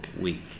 week